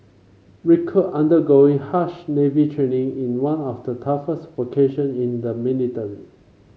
recruit undergoing harsh Navy training in one of the toughest vocation in the military